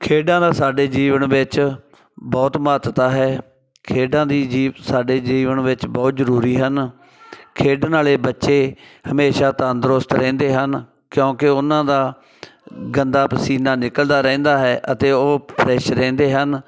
ਖੇਡਾਂ ਦਾ ਸਾਡੇ ਜੀਵਨ ਵਿੱਚ ਬਹੁਤ ਮਹੱਤਤਾ ਹੈ ਖੇਡਾਂ ਦੀ ਜੀ ਸਾਡੇ ਜੀਵਨ ਵਿੱਚ ਬਹੁਤ ਜ਼ਰੂਰੀ ਹਨ ਖੇਡਣ ਵਾਲੇ ਬੱਚੇ ਹਮੇਸ਼ਾ ਤੰਦਰੁਸਤ ਰਹਿੰਦੇ ਹਨ ਕਿਉਂਕਿ ਉਹਨਾਂ ਦਾ ਗੰਦਾ ਪਸੀਨਾ ਨਿਕਲਦਾ ਰਹਿੰਦਾ ਹੈ ਅਤੇ ਉਹ ਫਰੈਸ਼ ਰਹਿੰਦੇ ਹਨ